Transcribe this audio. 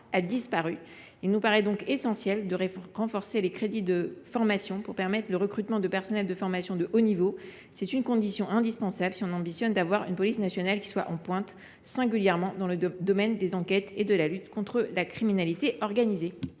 a disparu. Il nous paraît donc essentiel de renforcer ces crédits pour permettre le recrutement de personnels de haut niveau. Il s’agit d’une condition indispensable si notre ambition est de disposer d’une police nationale de pointe, singulièrement dans le domaine des enquêtes et de la lutte contre la criminalité organisée.